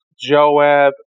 Joab